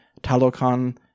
Talokan